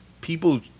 People